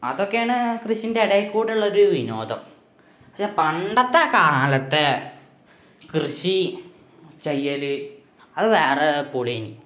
അതൊക്കെയാണ് കൃഷീന്റെ ഇടയ്ലേക്കൂടെയുള്ളൊരു വിനോദം പക്ഷേ പണ്ടത്തെ കാലത്ത് കൃഷി ചെയ്യല് അത് വേറെ ളെനീ